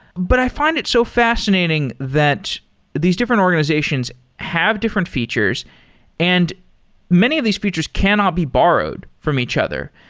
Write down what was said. but i find it so fascinating that these different organizations have different features and many of these features cannot be borrowed from each other.